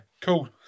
Cool